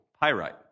pyrite